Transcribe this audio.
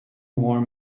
more